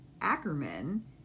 Ackerman